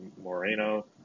Moreno